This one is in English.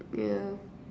yeah